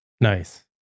Nice